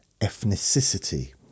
ethnicity